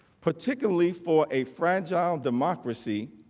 particularly for a fragile democracy